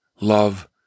love